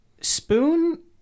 spoon